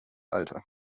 alter